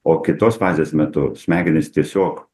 o kitos fazės metu smegenys tiesiog